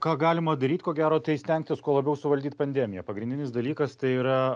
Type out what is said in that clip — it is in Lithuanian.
ką galima daryt ko gero tai stengtis kuo labiau suvaldyt pandemiją pagrindinis dalykas tai yra